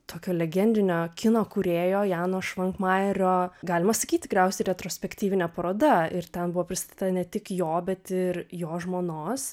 tokio legendinio kino kūrėjo jano švankmajerio galima sakyti tikriausiai retrospektyvinė paroda ir ten buvo pristatyta ne tik jo bet ir jo žmonos